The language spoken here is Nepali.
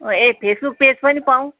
ए फेसबुक पेज पनि पाउँ